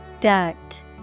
Duct